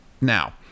Now